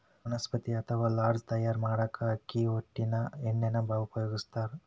ವನಸ್ಪತಿ ಅತ್ವಾ ಡಾಲ್ಡಾ ತಯಾರ್ ಮಾಡಾಕ ಅಕ್ಕಿ ಹೊಟ್ಟಿನ ಎಣ್ಣಿನ ಉಪಯೋಗಸ್ತಾರ